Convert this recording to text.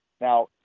Now